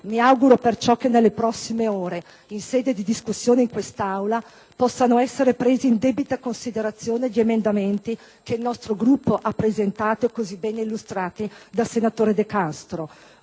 Mi auguro perciò che nelle prossime ore, in sede di discussione in quest'Aula, possano essere presi in debita considerazione gli emendamenti che il nostro Gruppo ha presentato e che sono stati così bene illustrati dal senatore De Castro,